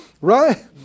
Right